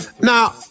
Now